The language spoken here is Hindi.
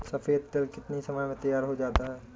सफेद तिल कितनी समय में तैयार होता जाता है?